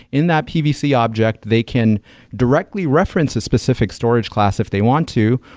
in that pvc object, they can directly reference a specific storage class if they want to,